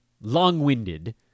long-winded